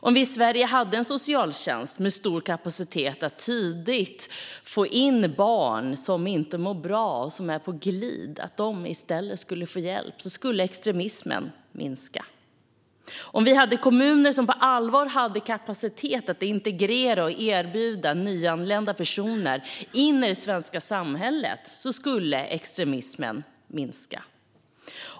Om vi i Sverige hade en socialtjänst med stor kapacitet att tidigt fånga upp och hjälpa barn som inte mår bra och är på glid skulle extremismen minska. Om vi hade kommuner som på allvar hade kapacitet att integrera och bjuda in nyanlända personer i det svenska samhället skulle extremismen minska.